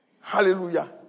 Hallelujah